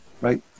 right